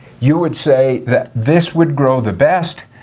you would say that this would grow the best.